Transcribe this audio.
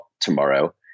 tomorrow